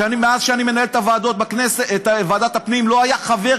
מאז שאני מנהל את ועדת הפנים בכנסת לא היה חבר